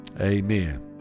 amen